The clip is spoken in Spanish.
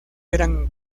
eran